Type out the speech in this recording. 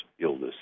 illness